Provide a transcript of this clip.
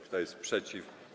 Kto jest przeciw?